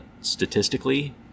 statistically